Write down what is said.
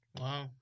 Wow